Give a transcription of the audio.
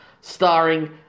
starring